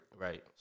Right